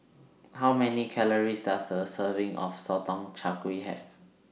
How Many Calories Does A Serving of Sotong Char Kway Have